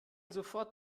sofort